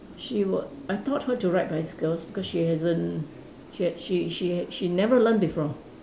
she would I taught her to ride bicycles because she hasn't she had she she she never learn before